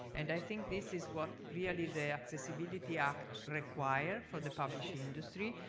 and i think this is what really the accessibility act require for the publishing industry,